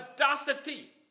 audacity